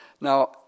Now